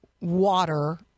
water